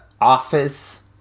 office